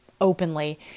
openly